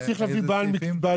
אני צריך להביא בעלי מקצוע.